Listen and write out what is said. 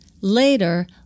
Later